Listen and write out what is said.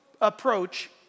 approach